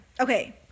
Okay